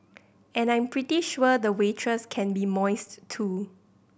and I'm pretty sure the waitress can be moist too